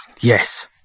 yes